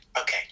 Okay